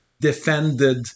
defended